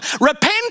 repent